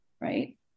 right